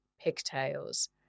pigtails